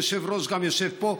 היושב-ראש גם יושב פה,